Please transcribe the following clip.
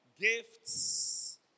gifts